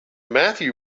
matthew